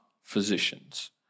physicians